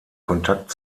kontakt